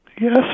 Yes